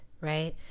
right